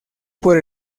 por